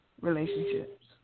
relationships